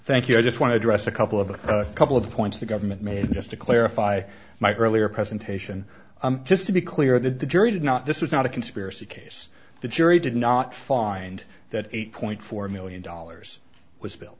thank you i just want to address a couple of a couple of the points the government made just to clarify my earlier presentation just to be clear that the jury did not this is not a conspiracy case the jury did not find that eight point four million dollars was built